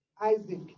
Isaac